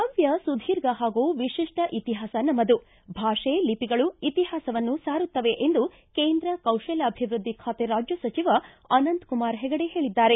ಭವ್ನ ಸುದೀರ್ಘ ಹಾಗೂ ವಿಶಿಷ್ಟ ಇತಿಹಾಸ ನಮ್ಮದು ಭಾಷೆ ಲಿಪಿಗಳು ಇತಿಹಾಸವನ್ನು ಸಾರುತ್ತವೆ ಎಂದು ಕೇಂದ್ರ ಕೌಶಲಾಭಿವೃದ್ದಿ ಖಾತೆ ರಾಜ್ಯ ಸಚಿವ ಅನಂತಕುಮಾರ್ ಹೆಗಡೆ ಹೇಳಿದ್ದಾರೆ